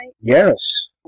Yes